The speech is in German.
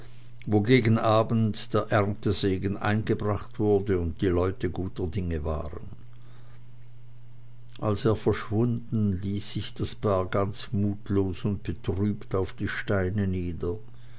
wo gegen abend der erntesegen eingebracht wurde und die leute guter dinge waren als er verschwunden ließ sich das paar ganz mutlos und betrübt auf die steine nieder